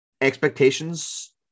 expectations